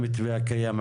המתווה הקיים.